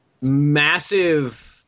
massive